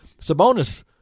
Sabonis